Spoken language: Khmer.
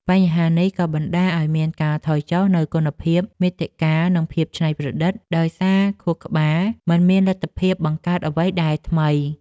បញ្ហានេះ ក៏បណ្ដាលឱ្យមានការថយចុះនូវគុណភាពមាតិកា និងភាពច្នៃប្រឌិត ដោយសារខួរក្បាលមិនមានលទ្ធភាពបង្កើតអ្វីដែលថ្មី។